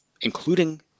including